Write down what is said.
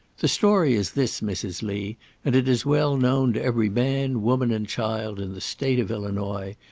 the story is this, mrs. lee and it is well-known to every man, woman, and child in the state of illinois,